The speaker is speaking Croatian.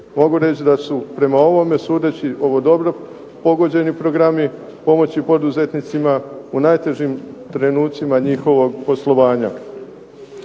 Mogu reći da su prema ovome, sudeći ovo dobro pogođeni programi pomoći poduzetnicima u najtežim trenucima njihovog poslovanja.